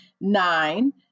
nine